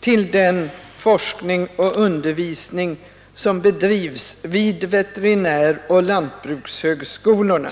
till den forskning och undervisning som bedrivs vid veterinäroch lantbrukshögskolorna.